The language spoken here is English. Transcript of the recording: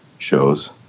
shows